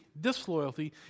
disloyalty